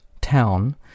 town